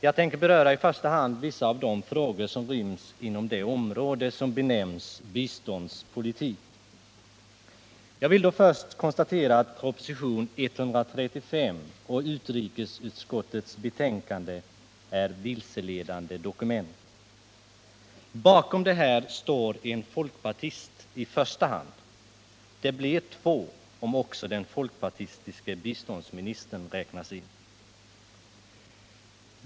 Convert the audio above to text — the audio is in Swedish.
Jag tänker beröra i första hand vissa av de frågor som ryms inom det område som benämns biståndspolitik. Jag vill först konstatera att propositionen 135 och utrikesutskottets betänkande är vilseledande dokument. Bakom detta står i första hand en folkpartist — det blir två om också den folkpartistiske biståndsministern räknas in.